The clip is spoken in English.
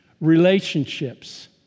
relationships